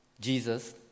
Jesus